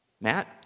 Matt